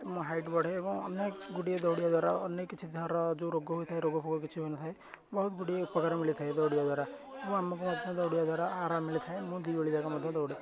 ଆମ ହାଇଟ ବଢ଼େ ଏବଂ ଅନେକ ଗୁଡ଼ିଏ ଦୌଡ଼ିବା ଦ୍ୱାରା ଅନେକ କିଛି ଧର ଯେଉଁ ରୋଗ ହୋଇଥାଏ ରୋଗ ଫୋଗ କିଛି ହୋଇନଥାଏ ବହୁତ ଗୁଡ଼ିଏ ଉପକାର ମିଳିଥାଏ ଦୌଡ଼ିବା ଦ୍ୱାରା ଏବଂ ଆମକୁ ମଧ୍ୟ ଦୌଡ଼ିବା ଦ୍ୱାରା ଆରାମ ମିଳିଥାଏ ମୁଁ ଦୁଇ ଓଳି ଯାକ ମଧ୍ୟ ଦୌଡ଼େ